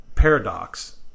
paradox